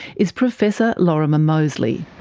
is professor lorimer moseley.